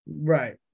Right